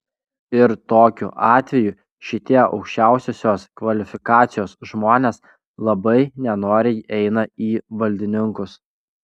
ir tokiu atveju šitie aukščiausiosios kvalifikacijos žmonės labai nenoriai eina į valdininkus